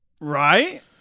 Right